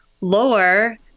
lower